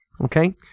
Okay